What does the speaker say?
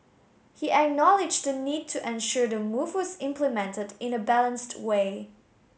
he acknowledged the need to ensure the move was implemented in a balanced way